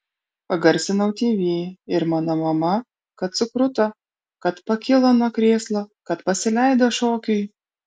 pagarsinau tv ir mano mama kad sukruto kad pakilo nuo krėslo kad pasileido šokiui